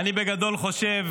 אני בגדול חושב